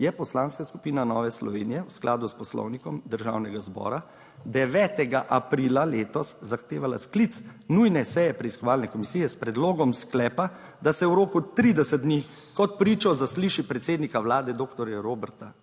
je Poslanska skupina Nove Slovenije v skladu s Poslovnikom Državnega zbora 9. aprila letos zahtevala sklic nujne seje preiskovalne komisije s predlogom sklepa, da se v roku 30 dni kot pričo zasliši predsednika Vlade doktorja Roberta